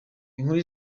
inkuru